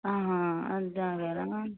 అది తాగారా